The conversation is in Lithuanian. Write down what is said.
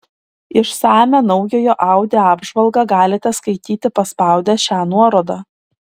išsamią naujojo audi apžvalgą galite skaityti paspaudę šią nuorodą